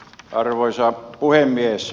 arvoisa puhemies